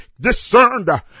discerned